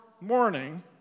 morning